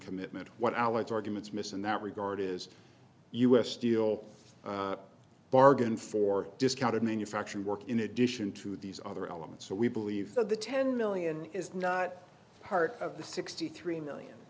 commitment what alex arguments miss in that regard is us steel bargained for discounted manufacturing work in addition to these other elements so we believe that the ten million is not part of the sixty three million